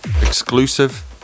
exclusive